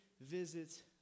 visits